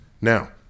Now